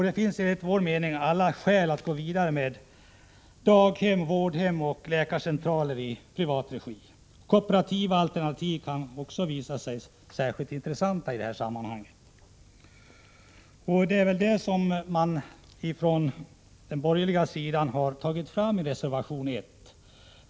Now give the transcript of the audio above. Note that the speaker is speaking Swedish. Det finns enligt vår mening alla skäl att gå vidare med daghem, vårdhem och läkarcentraler i privat regi. Kooperativa alternativ kan också visa sig särskilt intressanta. Det är väl detta som vi ifrån den borgerliga sidan har tagit fram i reservation 1.